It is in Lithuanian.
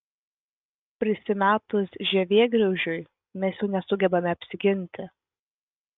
prisimetus žievėgraužiui mes jau nesugebame apsiginti